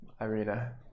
Irina